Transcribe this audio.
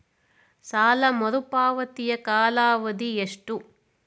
ಸಾಲ ಮರುಪಾವತಿಯ ಕಾಲಾವಧಿ ಎಷ್ಟು?